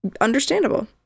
understandable